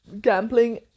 gambling